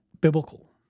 biblical